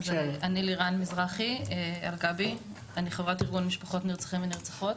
אני חברת ארגון משפחות נרצחים ונרצחות.